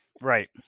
right